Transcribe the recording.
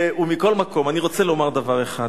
ומכל מקום, אני רוצה לומר דבר אחד,